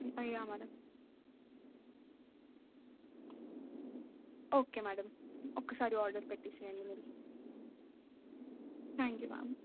yeah madam okay madam ఒకసారి order పెట్టిసేయండి మీరు థ్యాంక్ యూ మ్యామ్